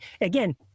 again